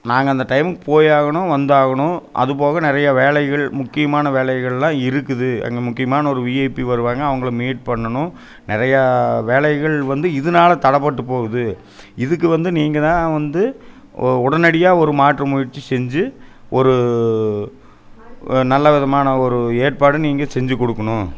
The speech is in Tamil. நாங்கள் அந்த டைம் போயாகணும் வந்தாகணும் அதுபோக நிறையா வேலைகள் முக்கியமான வேலைகள்லாம் இருக்குது அங்கே முக்கியமான ஒரு விஐபி வருவாங்க அவங்கள மீட் பண்ணணும் நிறையா வேலைகள் வந்து இதனால தடைப்பட்டு போகுது இதுக்கு வந்து நீங்கள் தான் வந்து ஓ உடனடியாக ஒரு மாற்று முயற்சி செஞ்சு ஒரு நல்ல விதமான ஒரு ஏற்பாடும் நீங்கள் செஞ்சு கொடுக்கணும்